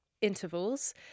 Intervals